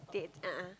they a'ah